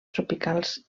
tropicals